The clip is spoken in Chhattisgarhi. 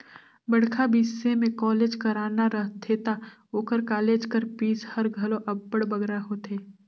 बड़खा बिसे में कॉलेज कराना रहथे ता ओकर कालेज कर फीस हर घलो अब्बड़ बगरा होथे